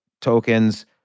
tokens